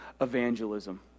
evangelism